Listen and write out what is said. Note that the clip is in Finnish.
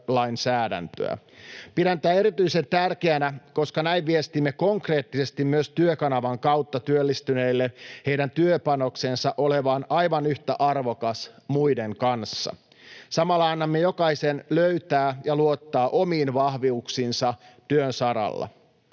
Pidän tätä erityisen tärkeänä, koska näin viestimme konkreettisesti myös Työkanavan kautta työllistyneille heidän työpanoksensa olevan aivan yhtä arvokas muiden kanssa. Samalla annamme jokaisen löytää ja luottaa omiin vahvuuksiinsa työn saralla.